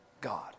God